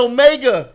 Omega